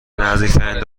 نزدیکترین